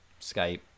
Skype